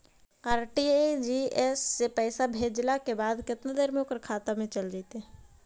RTGS से पैसा भेजला के बाद केतना देर मे ओकर खाता मे चल जितै?